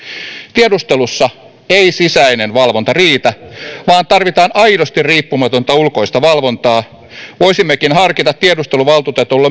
tiedustelussa ei sisäinen valvonta riitä vaan tarvitaan aidosti riippumatonta ulkoista valvontaa voisimmekin harkita tiedusteluvaltuutetulle